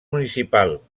municipal